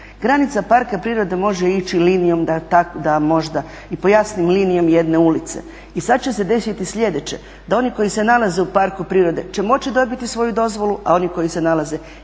Granica parka prirode može ići linijom da možda i pojasnim, linijom jedne ulice. I sada će se desiti sljedeće da oni koji se nalaze u parku prirode će moći dobiti svoju dozvolu a oni koji se nalaze izvan